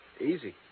Easy